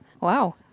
Wow